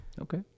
okay